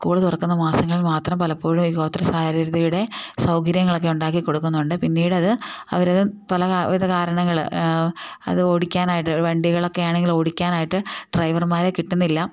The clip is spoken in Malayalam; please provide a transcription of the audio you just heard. സ്കൂൾ തുറക്കുന്ന മാസങ്ങിൽ മാത്രം പലപ്പോഴും ഈ ഗോത്ര സാരധിയുടെ സൗകര്യങ്ങളൊക്കെ ഉണ്ടാക്കി കൊടുക്കുന്നുണ്ട് പിന്നീട് അത് അവർ അത് പല വിധ കാരണങ്ങൾ അത് ഓടിക്കാനായിട്ട് വണ്ടികളൊക്കെ ആണെങ്കിലും ഓടിക്കാനായിട്ട് ഡ്രൈവർമാരെ കിട്ടുന്നില്ല